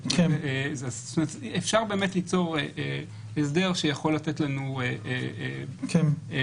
אפשר ליצור הסדר שיכול לתת לנו פתרון.